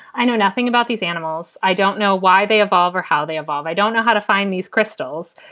i know nothing about these animals. i don't know why they evolve or how they evolve. i don't know how to find these crystals.